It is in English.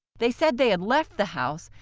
they said they had left the house,